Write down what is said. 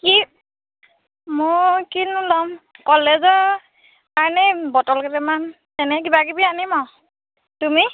কি মোৰ কি নো ল'ম কলেজৰ কাৰণেই বটল কেইটামান তেনে কিবাকিবি আনিম আৰু তুমি